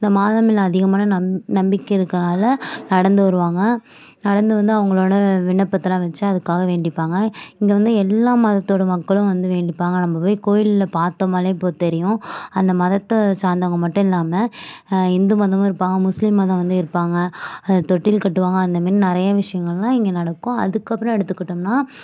அந்த மாதா மேலே அதிகமான நம் நம்பிக்கை இருக்கிறனால நடந்து வருவாங்க நடந்து வந்து அவங்களோட விண்ணப்பத்தெலாம் வைச்சு அதுக்காக வேண்டிப்பாங்க இங்கே வந்து எல்லா மதத்தோட மக்களும் வந்து வேண்டிப்பாங்க நம்ம போய் கோயிலில் பார்த்தோமாலே இப்போது தெரியும் அந்த மதத்தத சார்ந்தவங்க மட்டும் இல்லாமல் இந்து மதமும் இருப்பாங்க முஸ்லீம் மதம் வந்து இருப்பாங்க அது தொட்டில் கட்டுவாங்க அந்த மாரி நிறைய விஷயங்களெலாம் இங்கே நடக்கும் அதுக்கப்புறம் எடுத்துகிட்டோன்னா